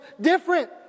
different